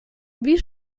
wie